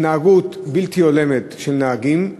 התנהגות בלתי הולמת של נהגים.